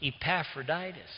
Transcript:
Epaphroditus